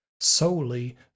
solely